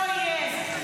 לא יהיה.